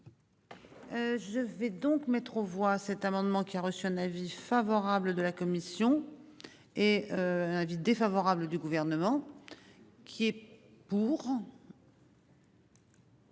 Je vais donc mettre aux voix cet amendement qui a reçu un avis favorable de la commission et un avis défavorable du gouvernement. Qui est pour.